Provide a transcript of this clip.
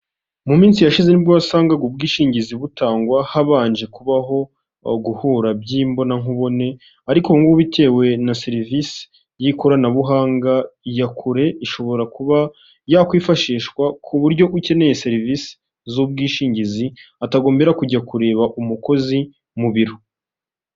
Mu minsi yashize nibwo wasangaga ubwishingizi butangwa habanje kubaho guhura by' imbonankubone, ariko ubu ngubu bitewe na serivisi y'ikoranabuhanga, iyakure, ishobora kuba yakwifashishwa ku buryo ukeneye serivisi z'ubwishingizi, atagombye kujya kureba umukozi mu biro.